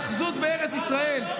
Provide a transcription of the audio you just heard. של היאחזות בארץ ישראל.